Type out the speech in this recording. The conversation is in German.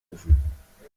rufen